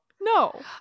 No